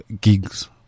gigs